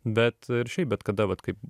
bet šiaip bet kada vat kaip